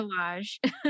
collage